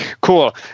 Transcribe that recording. Cool